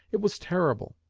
it was terrible.